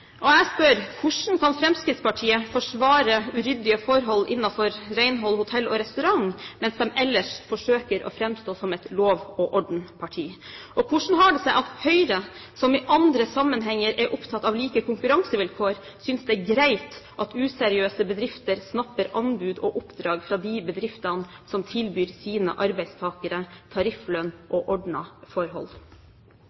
slengen. Jeg spør: Hvordan kan Fremskrittspartiet forsvare uryddige forhold innenfor renhold, hotell og restaurant mens de ellers forsøker å framstå som et lov-og-orden-parti? Og hvordan har det seg at Høyre, som i andre sammenhenger er opptatt av like konkurransevilkår, synes det er greit at useriøse bedrifter snapper anbud og oppdrag fra de bedriftene som tilbyr sine arbeidstakere tarifflønn